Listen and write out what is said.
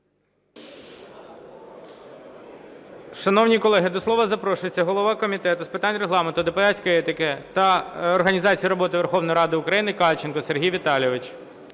дякую.